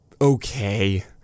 okay